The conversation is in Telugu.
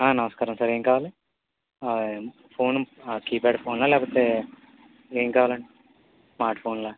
నమస్కారం సార్ ఏంకావాలి ఫోను కీప్యాడ్ ఫోనా లేకపోతే ఏం కావాలండి స్మార్ట్ ఫోన్లా